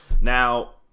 Now